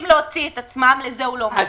מבקשים להוציא את עצמם, לזה הוא לא מסכים.